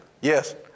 Yes